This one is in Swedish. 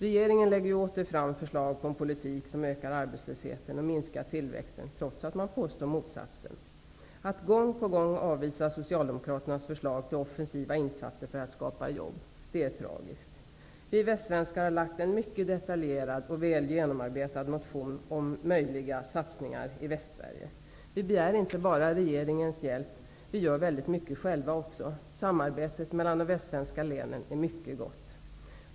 Regeringen lägger ju åter fram förslag om en politik som ökar arbetslösheten och minskar tillväxten, trots att den påstår motsatsen. Att gång på gång avvisa Socialdemokraternas förslag till offensiva insatser för att skapa jobb är tragiskt. Vi västsvenskar har väckt en mycket detaljerad och väl genomarbetad motion om möjliga satsningar i Västsverige. Vi begär inte bara regeringens hjälp. Vi gör också väldigt mycket själva. Samarbetet mellan de västsvenska länen är mycket gott.